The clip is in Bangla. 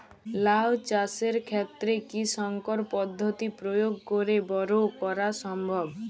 লাও চাষের ক্ষেত্রে কি সংকর পদ্ধতি প্রয়োগ করে বরো করা সম্ভব?